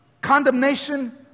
condemnation